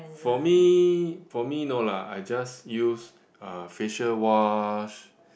for me for me no lah I just use uh facial wash